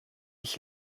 ich